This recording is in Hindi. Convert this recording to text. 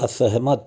असहमत